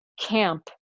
camp